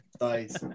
Nice